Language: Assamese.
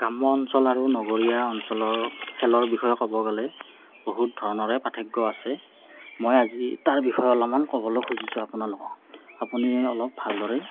গ্ৰাম্য় অঞ্চল আৰু নগৰীয়া অঞ্চলৰ খেলৰ বিষয়ে ক'ব গ'লে বহুত ধৰণৰে পাৰ্থক্য আছে মই আজি তাৰ বিষয়ে অলপমান ক'বলৈ খুজিছোঁ আপোনালোকক আপুনি অলপ ভালদৰে